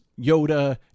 Yoda